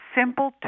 simple